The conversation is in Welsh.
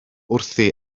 wrthi